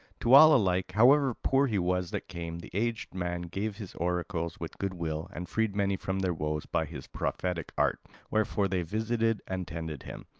to all alike, however poor he was that came, the aged man gave his oracles with good will, and freed many from their woes by his prophetic art wherefore they visited and tended him.